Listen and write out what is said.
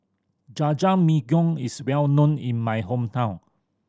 Jajangmyeon is well known in my hometown